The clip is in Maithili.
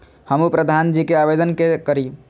हमू प्रधान जी के आवेदन के करी?